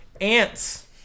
Ants